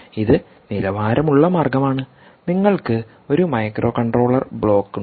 ഇത് നിലവാരമുള്ള മാർഗമാണ് നിങ്ങൾക്ക് ഒരു മൈക്രോകൺട്രോളർ ബ്ലോക്ക് ഉണ്ട്